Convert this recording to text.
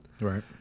Right